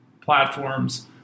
platforms